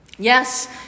Yes